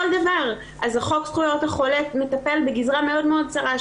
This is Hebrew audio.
חוק זכויות החולה מטפל בגזרה צרה מאוד של